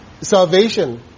Salvation